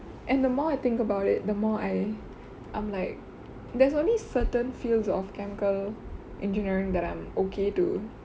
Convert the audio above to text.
and the more I think about it the more I I'm like there's only certain fields of chemical engineering that I'm okay to